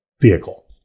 vehicle